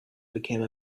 became